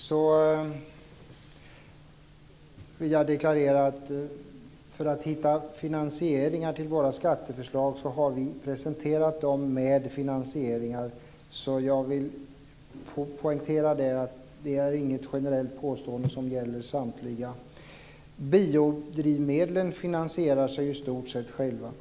Fru talman! För det första vill jag deklarera att vi har presenterat våra skatteförslag med finansieringar. Jag vill poängtera att det inte är något generellt påstående som gäller samtliga. Biodrivmedlen finansierar sig i stort sett själva.